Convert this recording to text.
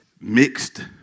mixed